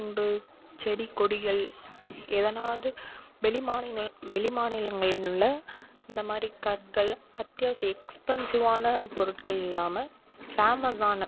இங்கு செடி கொடிகள் எதனாவது வெளி மாநிங்கள் மாநிலங்களில் உள்ள இந்தமாதிரி கற்கள் அத்தியாவசிய எக்ஸ்பென்சிவான பொருட்கள் இல்லாம பேமஸான